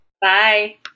bye